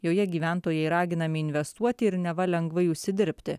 joje gyventojai raginami investuoti ir neva lengvai užsidirbti